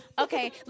Okay